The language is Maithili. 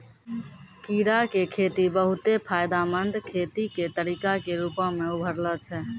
कीड़ा के खेती बहुते फायदामंद खेती के तरिका के रुपो मे उभरलो छै